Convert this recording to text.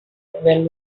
well